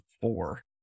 four